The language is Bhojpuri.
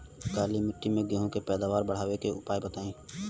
काली मिट्टी में गेहूँ के पैदावार बढ़ावे के उपाय बताई?